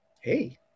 Hey